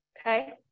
Okay